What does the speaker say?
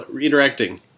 interacting